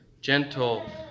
gentle